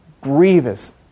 grievous